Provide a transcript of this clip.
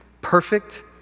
perfect